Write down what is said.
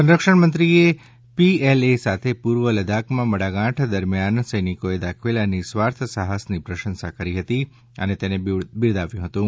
સંરક્ષણ મંત્રીએ પીએલએ સાથે પૂર્વ લદાખમાં મડાગાંઠ દરમિયાન સૈનિકોએ દર્શાવેલા નિઃસ્વાર્થ સાહસની પ્રશંસા કરી હતી અને તેને બિરદાવ્યું હતું